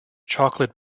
chocolate